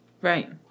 Right